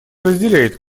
разделяет